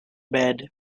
bed